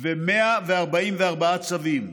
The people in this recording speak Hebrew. ו-144 צווים.